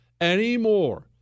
anymore